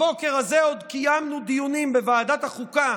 הבוקר הזה עוד קיימנו דיונים בוועדת החוקה